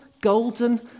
golden